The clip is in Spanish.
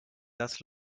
das